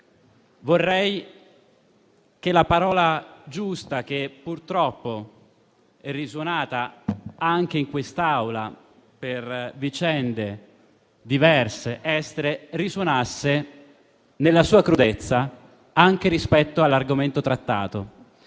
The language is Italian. Vorrei che la parola giusta, che purtroppo è risuonata anche in quest'Aula per vicende diverse estere, risuonasse nella sua crudezza anche rispetto all'argomento trattato